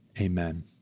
Amen